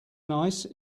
nice